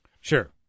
Sure